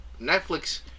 Netflix